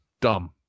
dumb